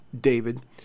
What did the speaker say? David